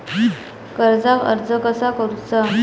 कर्जाक अर्ज कसा करुचा?